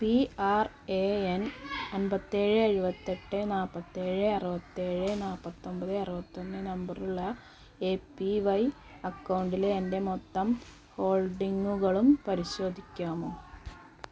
P R A N അമ്പത്തേഴ് എഴുപത്തെട്ട് നാൽപ്പത്തേഴ് അറുപത്തേഴ് നാല്പത്തൊമ്പത് അറുപത്തൊന്ന് നമ്പറുള്ള എ പി വൈ അക്കൗണ്ടിലെ എൻ്റെ മൊത്തം ഹോൾഡിംഗുകളും പരിശോധിക്കാമോ